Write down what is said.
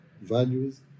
values